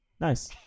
nice